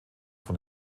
von